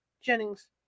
Jennings